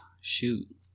Shoot